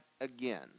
again